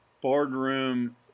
boardroom